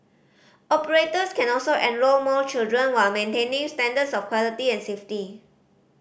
operators can also enrol more children while maintaining standards of quality and safety